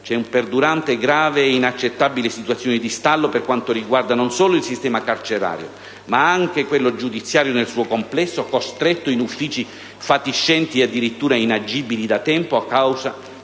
c'è una perdurante, grave e inaccettabile situazione di stallo per quanto riguarda non solo il sistema carcerario, ma anche quello giudiziario nel suo complesso, costretto in uffici fatiscenti e, addirittura, inagibili da tempo, a causa